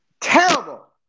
Terrible